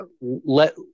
let